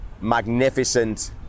magnificent